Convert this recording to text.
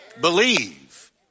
Believe